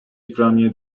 ikramiye